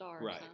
right